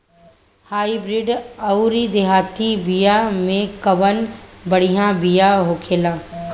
Hybrid अउर देहाती बिया मे कउन बढ़िया बिया होखेला?